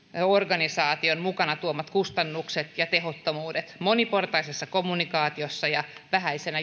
organisaation mukanaan tuomat kustannukset ja tehottomuudet moniportaisessa kommunikaatiossa ja vähäisenä